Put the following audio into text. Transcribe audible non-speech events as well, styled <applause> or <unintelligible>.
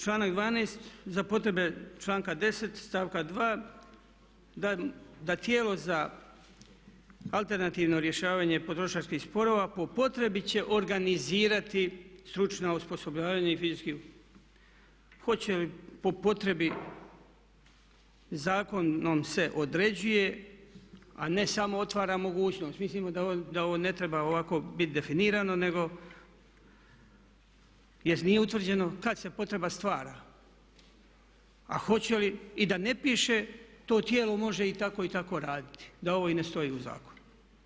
Članak 12. za potrebe članka 10.stavka 2. da tijelo za alternativno rješavanje potrošačkih sporova po potrebi će organizirati stručno osposobljavanje i … <unintelligible> hoće li po potrebi zakonom se određuje a ne samo otvara mogućnost, mislimo da ovo ne treba ovako biti definirano nego jest nije utvrđeno kad se potreba stvara a hoće li i da ne piše to tijelo može i tako i tako raditi da i ovo ne stoji u zakonu.